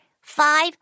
five